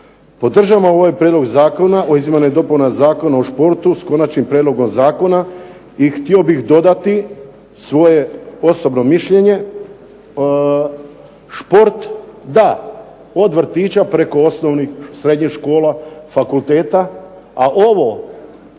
Podržavam ovaj Prijedlog zakona o izmjenama i dopunama Zakona o športu s Konačnim prijedlogom zakona i htio bih dodati svoje osobno mišljenje. Šport da, od vrtića, osnovnih i srednjih škola, fakulteta, a ovo